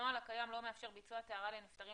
הנוהל הקיים לא מאפשר ביצוע טהרה לנפטרים